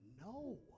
No